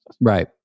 Right